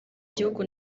gihugu